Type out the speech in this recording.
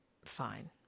Fine